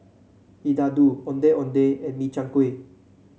laddu Ondeh Ondeh and Min Chiang Kueh